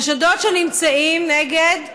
חשדות נגד,